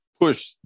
push